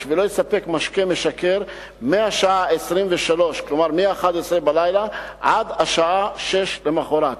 ולא יספק משקה משכר מהשעה 23:00 ועד השעה 6:00 למחרת,